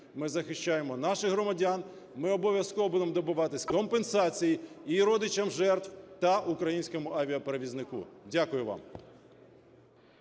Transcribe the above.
ми захищаємо наших громадян, ми обов'язково будемо добиватись компенсації і родичам жертв та українському авіаперевізнику. Дякую вам.